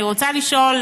אני רוצה לשאול,